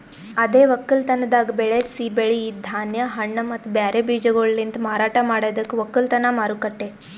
ಅದೇ ಒಕ್ಕಲತನದಾಗ್ ಬೆಳಸಿ ಬೆಳಿ, ಧಾನ್ಯ, ಹಣ್ಣ ಮತ್ತ ಬ್ಯಾರೆ ಬೀಜಗೊಳಲಿಂತ್ ಮಾರಾಟ ಮಾಡದಕ್ ಒಕ್ಕಲತನ ಮಾರುಕಟ್ಟೆ